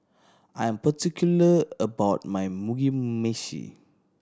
I am particular about my Mugi Meshi